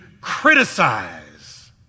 criticize